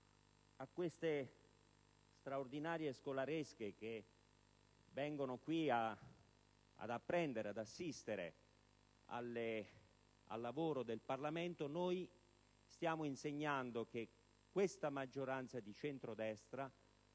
A queste straordinarie scolaresche che vengono qui ad assistere al lavoro del Parlamento noi stiamo insegnando che questa maggioranza di centrodestra